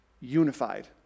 unified